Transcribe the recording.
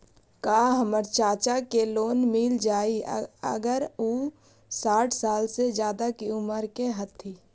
का हमर चाचा के लोन मिल जाई अगर उ साठ साल से ज्यादा के उमर के हथी?